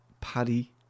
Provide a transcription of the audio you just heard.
paddy